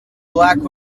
black